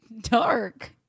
Dark